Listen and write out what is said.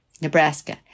Nebraska